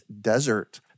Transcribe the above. Desert